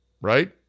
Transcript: right